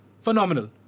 Phenomenal